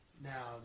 now